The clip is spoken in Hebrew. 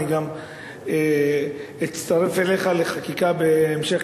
אני גם אצטרף אליך לחקיקה בהמשך,